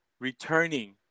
returning